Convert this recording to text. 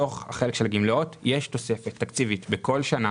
בתוך החלק של הגמלאות יש תוספת תקציבית בכל שנה